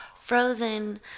frozen